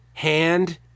hand